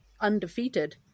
undefeated